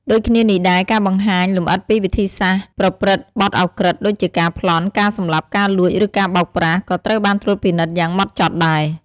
ដូចគ្នានេះដែរ ការបង្ហាញលម្អិតពីវិធីសាស្ត្រប្រព្រឹត្តបទឧក្រិដ្ឋដូចជាការប្លន់ ការសម្លាប់ ការលួច ឬការបោកប្រាស់ ក៏ត្រូវបានត្រួតពិនិត្យយ៉ាងហ្មត់ចត់ដែរ។